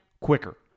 quicker